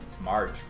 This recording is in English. March